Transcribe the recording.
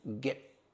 get